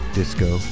disco